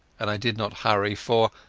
and i did not hurry, for,